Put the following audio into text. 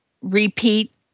repeat